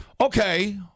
Okay